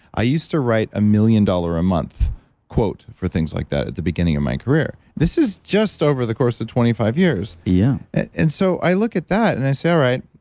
i used to write a million dollar a month quote for things like that at the beginning of my career. this is just over the course of twenty five years yeah and so i look at that and i say, all right.